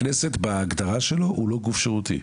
הכנסת, בהגדרה שלה, היא לא גוף שירותי.